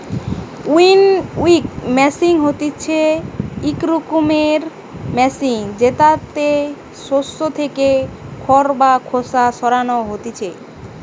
winnowing machine হতিছে ইক রকমের মেশিন জেতাতে শস্য থেকে খড় বা খোসা সরানো হতিছে